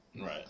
right